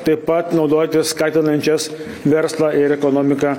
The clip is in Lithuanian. taip pat naudoti skatinančias verslą ir ekonomiką